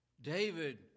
David